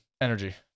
Energy